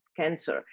Cancer